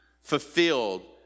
fulfilled